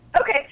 Okay